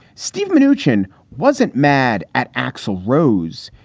steve manoogian wasn't mad at axl rose.